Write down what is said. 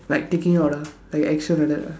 like taking out ah like action like that lah